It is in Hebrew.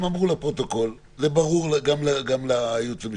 הם אמרו לפרוטוקול, זה ברור גם לייעוץ המשפטי.